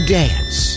dance